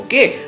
Okay